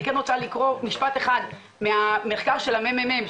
אני רוצה לקורא משפט אחד מהמחקר של ה-ממ"מ,